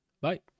bye